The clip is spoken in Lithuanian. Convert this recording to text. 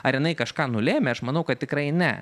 ar jinai kažką nulėmė aš manau kad tikrai ne